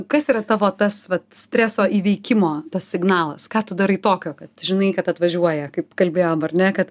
ir kas yra tavo tas vat streso įveikimo tas signalas ką tu darai tokio kad žinai kad atvažiuoja kaip kalbėjom ar ne kad